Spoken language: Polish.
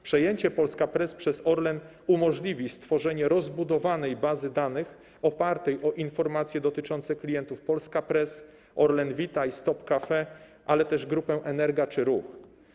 Przejęcie Polska Press przez Orlen umożliwi stworzenie rozbudowanej bazy danych opartej o informacje dotyczące klientów Polska Press, Orlen Vitay, Stop Cafe, ale też grupę Energa czy Ruch.